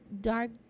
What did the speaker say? dark